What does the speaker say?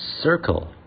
circle